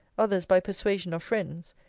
others by persuasion of friends,